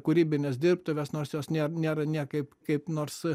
kūrybines dirbtuves nors jos nė nėra niekaip kaip nors